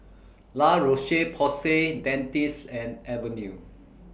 La Roche Porsay Dentiste and Avene